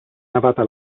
navata